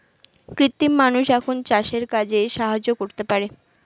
কৃত্রিম মানুষ এখন চাষের কাজে সাহায্য করতে পারে